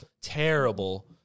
terrible